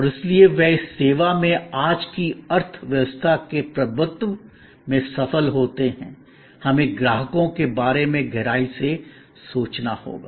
और इसलिए वे इस सेवा में आज की अर्थव्यवस्था के प्रभुत्व में सफल होते हैं हमें ग्राहकों के बारे में गहराई से सोचना होगा